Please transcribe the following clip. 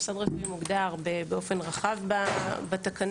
מוסד רפואי מוגדר באופן רחב בתקנות.